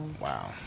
Wow